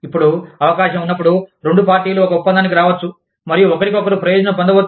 ఇప్పుడు అవకాశం ఉన్నప్పుడు రెండు పార్టీలు ఒక ఒప్పందానికి రావచ్చు మరియు ఒకరికొకరు ప్రయోజనం పొందవచ్చు